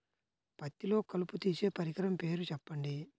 పత్తిలో కలుపు తీసే పరికరము పేరు చెప్పండి